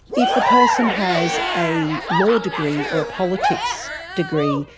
if the person has a law degree or a politics degree,